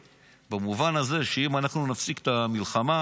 במובן הזה שאם אנחנו נפסיק את המלחמה,